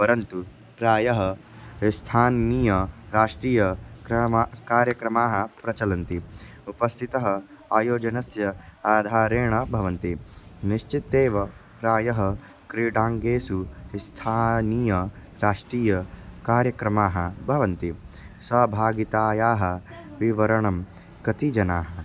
परन्तु प्रायः इ स्थानीय राष्ट्रीय क्रामा कार्यक्रमाः प्रचलन्ति उपस्थितः आयोजनस्य आधारेण भवन्ति निश्चितं एव प्रायः क्रीडाङ्गणेषु स्थानीय राष्ट्रीय कार्यक्रमाः भवन्ति सहभागतायाः विवरणं कति जनाः